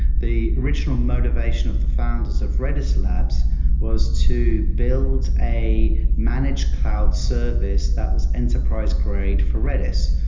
the original motivation of the founders of redis labs was to build a managed cloud service that was enterprise grade for redis.